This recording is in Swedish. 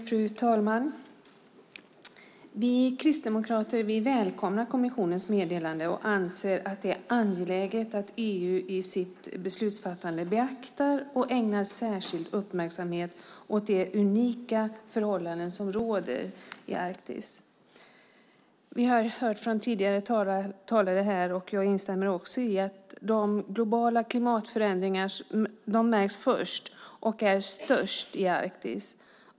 Fru talman! Vi kristdemokrater välkomnar kommissionens meddelande och anser att det är angeläget att EU i sitt beslutsfattande beaktar och ägnar särskild uppmärksamhet åt de unika förhållanden som råder i Arktis. Vi har hört det från tidigare talare och jag instämmer i att de globala klimatförändringarna märks först och är störst i Arktis.